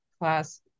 class